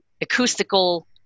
acoustical